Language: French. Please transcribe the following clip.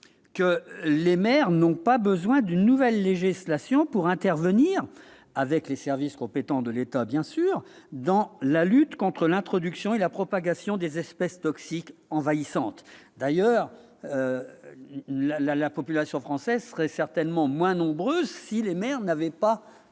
que les maires n'ont pas besoin d'une nouvelle législation pour intervenir, avec les services compétents de l'État, dans la lutte contre l'introduction et la propagation des espèces toxiques envahissantes. La population française serait d'ailleurs certainement moins nombreuse si les maires n'étaient pas